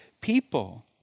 people